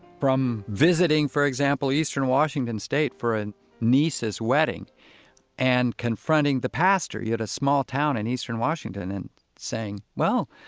from visiting, for example, eastern washington state for a niece's wedding and confronting the pastor yeah at a small town in and eastern washington and saying, well,